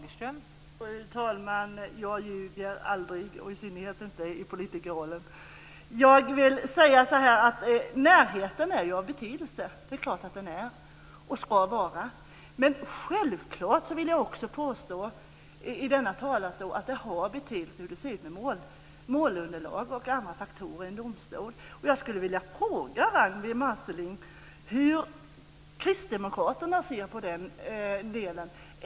Fru talman! Jag ljuger aldrig, i synnerhet inte i politikerrollen. Jag vill säga att närheten är av betydelse. Det är klart att den är och ska vara det. Men självfallet vill jag i denna talarstol också påstå att det har betydelse hur det ser ut när det gäller målunderlag och andra faktorer i en domstol. Jag skulle vilja fråga Ragnwi Marcelind hur kristdemokraterna ser på den delen.